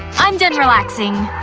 i'm done relaxing.